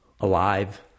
alive